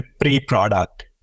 pre-product